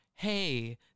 Hey